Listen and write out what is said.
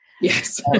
yes